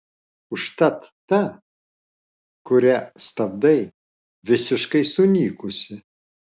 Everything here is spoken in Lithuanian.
užtat ta kuria stabdai visiškai sunykusi